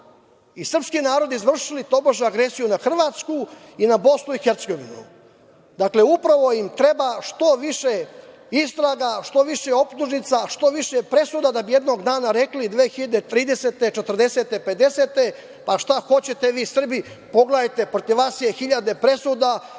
i srpski narodi izvršili tobože agresiju na Hrvatsku i na BiH.Dakle, upravo im treba što više istraga, što više optužnica, što više presuda da bi jednog dana rekli 2030, 2040. i 2050. godine, pa šta hoćete vi Srbi? Pogledajte, protiv vas je hiljade presuda,